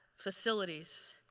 facilities.